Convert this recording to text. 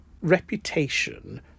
reputation